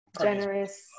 Generous